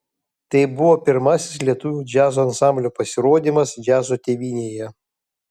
tai buvo pirmasis lietuvių džiazo ansamblio pasirodymas džiazo tėvynėje